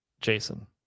Jason